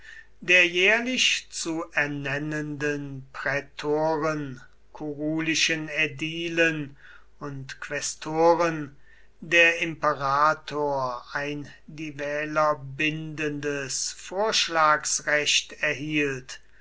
der jährlich zu ernennenden prätoren kurulischen ädilen und quästoren der imperator ein die wähler bindendes vorschlagsrecht erhielt